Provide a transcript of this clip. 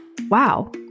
wow